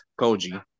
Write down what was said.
Koji